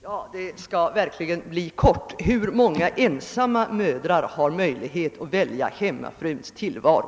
Herr talman! Detta mitt inlägg skall verkligen bli kort: Hur många ensamma mödrar har möjlighet att välja hemmafruns tillvaro?